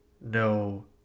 no